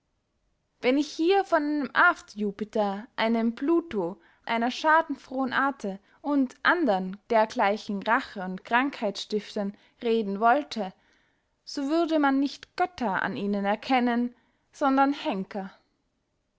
wenn ich hier von einem afterjupiter einem pluto einer schadenfrohen ate und andern dergleichen rache und krankheitsstiftern reden wollte so würde man nicht götter an ihnen erkennen sondern henker